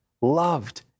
loved